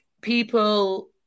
people